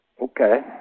Okay